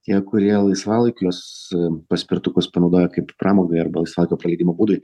tie kurie laisvalaikiu juos a paspirtukus panaudoja kaip pramogai arba laisvalaikio praleidimo būdui